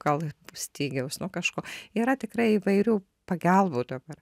gal stygiaus nu kažko yra tikrai įvairių pagalbų dabar